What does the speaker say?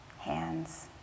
hands